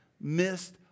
missed